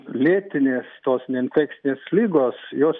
lėtinės tos neinfekcinės lygos jos